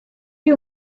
you